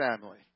family